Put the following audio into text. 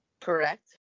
Correct